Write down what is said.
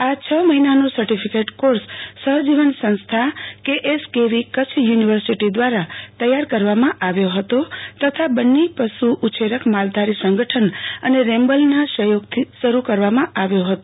આ છ મહિનાનો સર્ટીફીકેટ કોર્સ સહજીવન સંસ્થા K S K V Kutch university દ્વારા તૈયાર કરાચી હતો તથા બન્ની પશુ ઉછેરક માલધારી સંગઠન અને રેમ્બલના સહયોગ દ્વારા શરૂ કરવામાં આવ્યો હતો